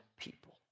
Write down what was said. people